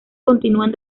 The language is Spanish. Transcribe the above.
continúan